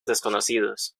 desconocidos